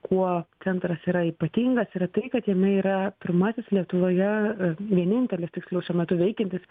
kuo centras yra ypatingas yra tai kad jame yra pirmasis lietuvoje vienintelis tiksliau šiuo metu veikiantis